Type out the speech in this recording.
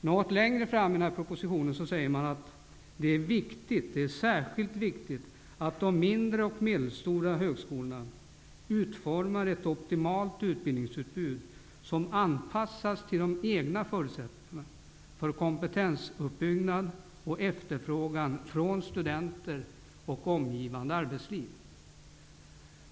Något längre fram i propositionen säger man att ''det är särskilt viktigt att de mindre och medelstora högskolorna -- utformar ett optimalt utbildningsutbud som anpassas till de egna förutsättningarna för kompetensuppbyggnad och efterfrågan från studenter och omgivande arbetsliv''.